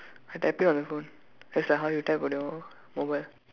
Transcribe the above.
I typing on my phone just like how your type on your mobile